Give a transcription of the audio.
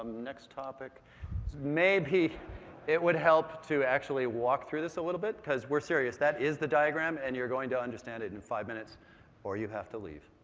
next topic maybe it would help to actually walk through this a little bit cause we're serious, that is the diagram and you're going to understand it in five minutes or you have to leave.